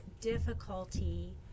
difficulty